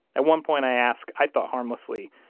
at one point i asked, i thought harmlessly,